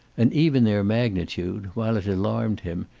and even their magnitude, while it alarmed him,